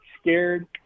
scared